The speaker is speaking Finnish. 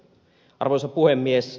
arvoisa puhemies